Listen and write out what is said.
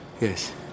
Yes